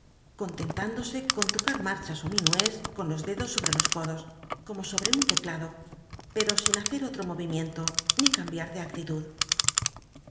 conlcntündose con loca r marchas ó minués con los dedos sobte los codos como sobrc un teclado pero sin hacer otro moyimicnlo ni cambiar de actitud